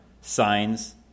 signs